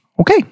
Okay